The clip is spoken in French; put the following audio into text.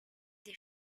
des